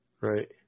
Right